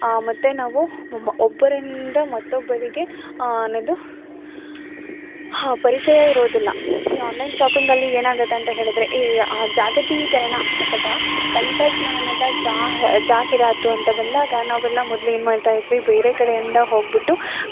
ಮತ್ತು ನಾವು ಒಬ್ಬ ಒಬ್ಬರಿಂದ ಮತ್ತೊಬ್ಬರಿಗೆ ಅನ್ನೋದು ಆ ಪರಿಚಯ ಇರೋದಿಲ್ಲ ಈ ಆನ್ಲೈನ್ ಶಾಪಿಂಗಲ್ಲಿ ಏನಾಗುತ್ತೆ ಅಂತ ಹೇಳಿದರೆ ಈ ಜಾಗತೀಕರಣ ಅಥವಾ ತಂತ್ರಜ್ಞಾನದ ಜಾಹಿರಾತು ಅಂತ ಬಂದಾಗ ನಾವೆಲ್ಲ ಮೊದ್ಲು ಏನು ಮಾಡ್ತಾಯಿದ್ವಿ ಬೇರೆ ಕಡೆಯಿಂದ ಹೋಗಿಬಿಟ್ಟು